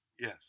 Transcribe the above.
Yes